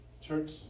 Church